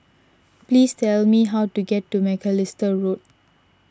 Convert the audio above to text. please tell me how to get to Macalister Road